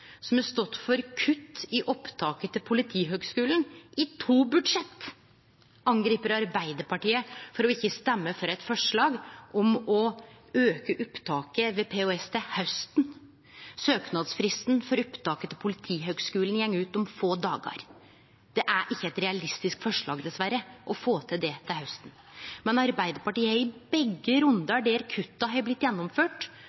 som har stått for kutt i opptaket til Politihøgskolen i to budsjett, angrip Arbeidarpartiet for ikkje å stemme for eit forslag om å auke opptaket ved PHS til hausten. Søknadsfristen for opptaket til Politihøgskolen går ut om få dagar. Det er ikkje eit realistisk forslag, dessverre, å få til det til hausten. Men Arbeidarpartiet har i begge